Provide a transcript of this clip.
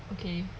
okay